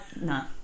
no